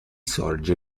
sorge